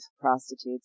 prostitutes